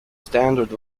standard